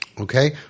Okay